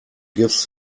gives